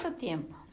tiempo